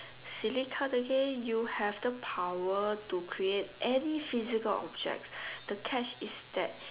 silly card again you have the power to create any physical object the catch is that